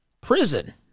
prison